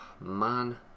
man